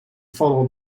follow